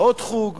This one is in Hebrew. לעוד חוג.